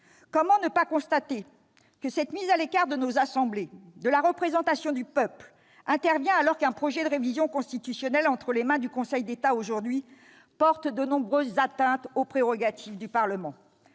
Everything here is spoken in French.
Comment ne pas constater que cette mise à l'écart de nos assemblées, de la représentation du peuple, intervient alors qu'un projet de révision constitutionnelle, actuellement entre les mains du Conseil d'État, porte de nombreuses atteintes aux prérogatives du Parlement ?